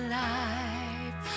life